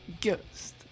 Ghost